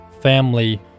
Family